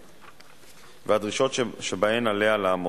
מתנגדים, אין נמנעים.